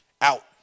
out